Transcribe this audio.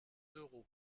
d’euros